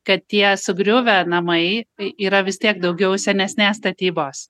kad tie sugriuvę namai tai yra vis tiek daugiau senesnės statybos